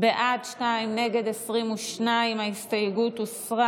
בעד, שניים, נגד, 22. ההסתייגות הוסרה.